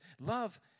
Love